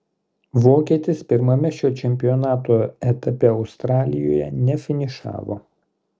vokietis pirmame šio čempionato etape australijoje nefinišavo